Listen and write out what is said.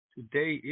Today